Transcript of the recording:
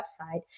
website